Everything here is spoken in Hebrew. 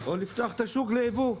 או לפתוח את השוק לייבוא.